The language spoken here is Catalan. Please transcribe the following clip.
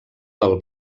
del